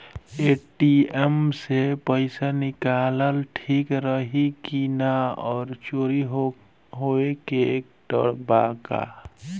ATM से पईसा निकालल ठीक रही की ना और चोरी होये के डर बा का?